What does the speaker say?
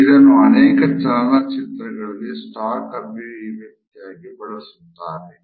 ಇದನ್ನು ಅನೇಕ ಚಲನ ಚಿತ್ರಗಳಲ್ಲಿ ಸ್ಟಾಕ್ ಅಭಿವ್ಯಸ್ವತಿಯಾಗಿ ಬಳಸುತ್ತಾರೆ